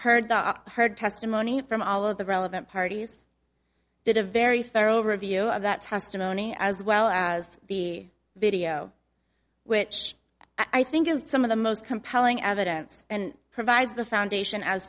d heard testimony from all of the relevant parties did a very thorough review of that testimony as well as the video which i think is some of the most compelling evidence and provides the foundation as